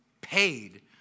paid